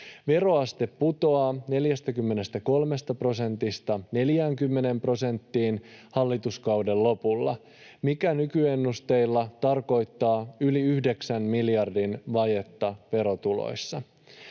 Veroaste putoaa 43 prosentista 40 prosenttiin hallituskauden lopulla, mikä nykyennusteilla tarkoittaa yli yhdeksän miljardin vajetta verotuloissa.